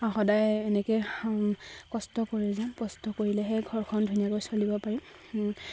সদায় এনেকে কষ্ট কৰি যাওঁ কষ্ট কৰিলেহে ঘৰখন ধুনীয়াকৈ চলিব পাৰি